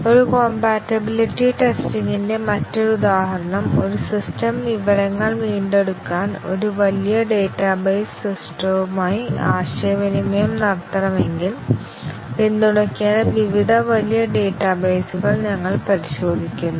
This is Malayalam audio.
ഒരു കോംപാറ്റിബിലിറ്റി ടെസ്റ്റിംഗിന്റെ മറ്റൊരു ഉദാഹരണം ഒരു സിസ്റ്റം വിവരങ്ങൾ വീണ്ടെടുക്കാൻ ഒരു വലിയ ഡാറ്റാബേസ് സിസ്റ്റവുമായി ആശയവിനിമയം നടത്തണമെങ്കിൽ പിന്തുണയ്ക്കേണ്ട വിവിധ വലിയ ഡാറ്റാബേസുകൾ ഞങ്ങൾ പരിശോധിക്കുന്നു